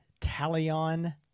Talion